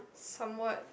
somewhat